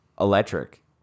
electric